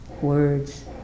words